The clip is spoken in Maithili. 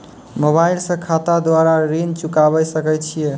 मोबाइल से खाता द्वारा ऋण चुकाबै सकय छियै?